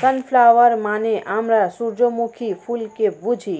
sunflower মানে আমরা সূর্যমুখী ফুলকে বুঝি